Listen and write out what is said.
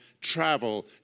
travel